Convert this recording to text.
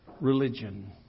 religion